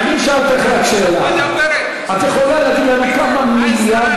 אני אשאל אותך רק שאלה: את יכולה להגיד לנו כמה מיליארדים